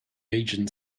agent